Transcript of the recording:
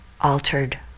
altered